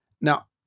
Now